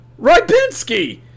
Rybinski